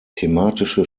thematische